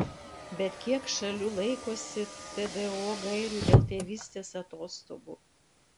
bet kiek šalių laikosi tdo gairių dėl tėvystės atostogų